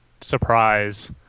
surprise